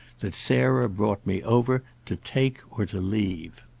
that sarah brought me over to take or to leave.